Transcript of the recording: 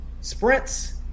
sprints